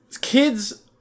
Kids